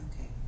Okay